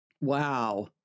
Wow